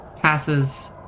passes